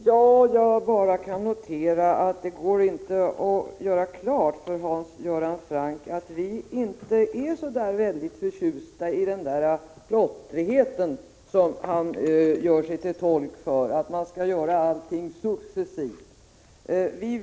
Herr talman! Jag kan bara notera att det inte går att göra klart för Hans Göran Franck att vi inte är så där väldigt förtjusta i den där plottrigheten som han gör sig till tolk för — att man skall göra allting successivt.